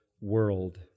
world